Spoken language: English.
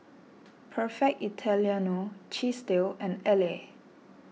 Perfect Italiano Chesdale and Elle